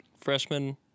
freshman